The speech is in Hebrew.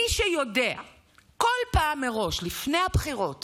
מי שיודע כל פעם מראש לפני הבחירות